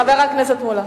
חבר הכנסת מולה.